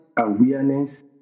awareness